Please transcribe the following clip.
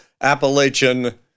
Appalachian